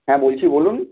হ্যাঁ বলছি বলুন